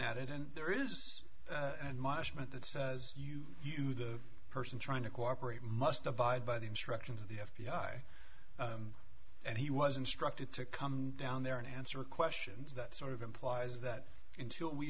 at it and there is an admonishment that says you you the person trying to cooperate must abide by the instructions of the f b i and he was instructed to come down there and answer questions that sort of implies that until